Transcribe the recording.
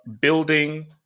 building